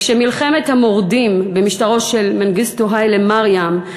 וכשמלחמת המורדים במשטרו של מנגיסטו היילה מריאם,